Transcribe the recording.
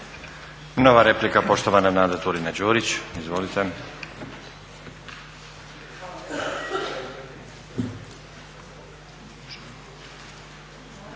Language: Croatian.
Nova replika, poštovana Nada Turina-Đurić. Izvolite.